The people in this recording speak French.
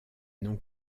non